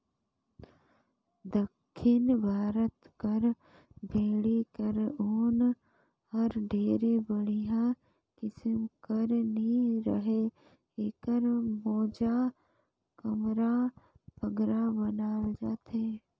दक्खिन भारत कर भेंड़ी कर ऊन हर ढेर बड़िहा किसिम कर नी रहें एकर मोजा, कमरा बगरा बनाल जाथे